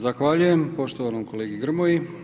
Zahvaljujem poštovanom kolegi Grmoji.